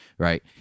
Right